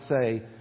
say